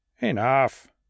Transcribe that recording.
Enough